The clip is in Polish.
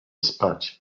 spać